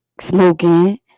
smoking